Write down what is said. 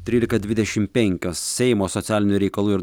trylika dvidešim penkios seimo socialinių reikalų ir